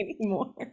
anymore